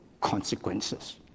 consequences